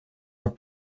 are